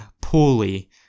poorly